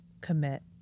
commit